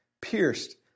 pierced